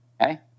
Okay